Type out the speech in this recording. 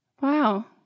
Wow